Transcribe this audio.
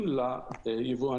רכבים